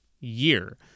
year